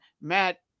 Matt